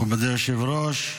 מכובדי היושב-ראש,